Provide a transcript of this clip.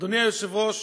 אדוני היושב-ראש,